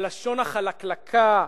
הלשון החלקלקה,